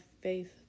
faith